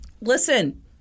Listen